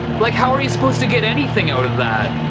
like how are you supposed to get anything out of that?